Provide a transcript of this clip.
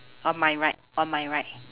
on my right on my right